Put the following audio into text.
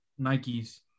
Nikes